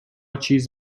چیز